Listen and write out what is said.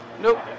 Nope